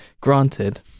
Granted